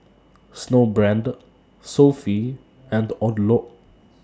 Snowbrand Sofy and Odlo